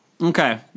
Okay